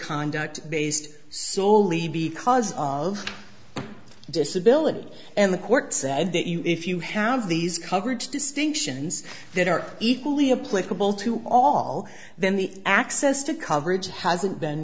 conduct based soley because of disability and the court said that you know if you have these coverage distinctions that are equally a political to all then the access to coverage hasn't been